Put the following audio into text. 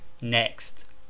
next